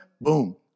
boom